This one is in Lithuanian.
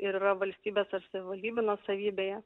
ir yra valstybės ar savivaldybių nuosavybėje